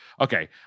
Okay